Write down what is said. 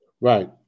Right